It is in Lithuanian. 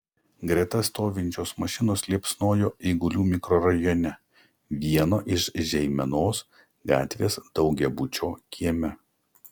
greta stovinčios mašinos liepsnojo eigulių mikrorajone vieno iš žeimenos gatvės daugiabučio kieme